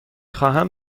خواهم